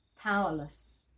powerless